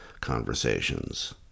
conversations